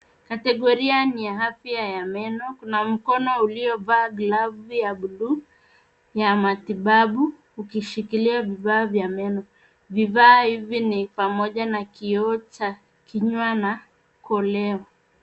Kategoria ni ya afya ya meno. Kuna mkono uliovaa glavu ya buluu ya matibabu, ukishikilia vifaa vya meno. Vifaa hivi ni pamoja na kiio cha kinywa na koleo.